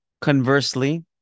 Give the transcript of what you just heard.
Conversely